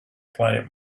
planet